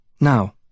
Now